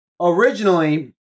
originally